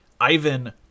Ivan